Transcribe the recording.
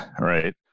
right